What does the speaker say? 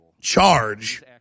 charge